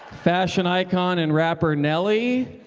fashion icon and rapper, nelly.